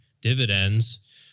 dividends